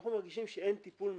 אנחנו מרגישם שאין טיפול מספיק,